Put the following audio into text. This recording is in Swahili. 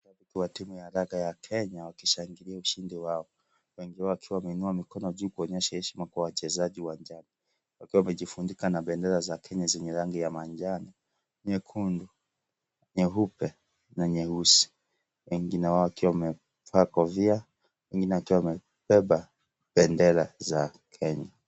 Timu ya raga ya Kenya ikishingilia ushindi wao. Wengi wao wakiwa wameinua mikono juu kuonyesha heshima kwa wachezaji uwanjani. Wakiwa wamejifunika kwa pendera za Kenya zenye rangi ya manjano, nyekundu , nyeupe na nyeusi. Wengine wao wakiwa wamevaa kofia, wengine wamebeba pendera za Kenya.